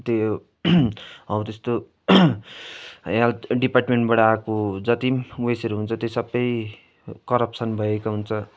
त्यो हौ त्यस्तो हेल्थ डिपार्टमेन्टबाट आएको जति पनि उयेसहरू हुन्छ त्यो सबै करप्सन भएको हुन्छ